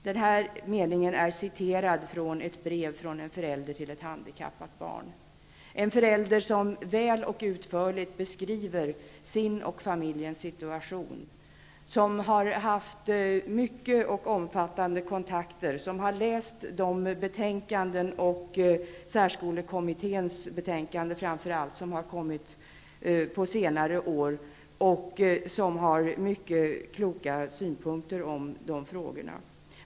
Den här meningen är ett citat ur ett brev från en förälder med ett handikappat barn, en förälder som väl och utförligt beskriver sin och familjens situation, som har haft många och omfattande kontakter, som har läst särskolekommitténs betänkande, vilket har kommit under senare år, och som har många kloka synpunkter när det gäller de här frågorna.